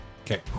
Okay